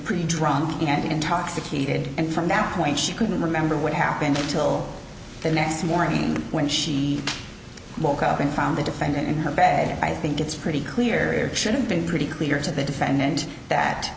pretty drunk and intoxicated and from now when she couldn't remember what happened until the next morning when she woke up and found the defendant in her bed i think it's pretty clear should've been pretty clear to the defendant that